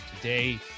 today